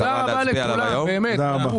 תודה רבה לכולם, באמת.